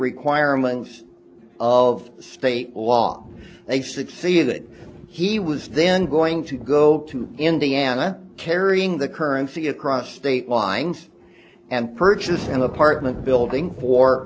requirements of state law they succeeded he was then going to go to indiana carrying the currency across state lines and purchased an apartment building for